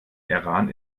iran